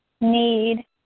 Need